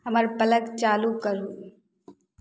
हमर प्लक चालू करु